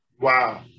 Wow